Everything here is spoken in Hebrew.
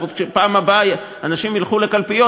לפחות שבפעם הבאה כשאנשים ילכו לקלפיות,